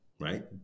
right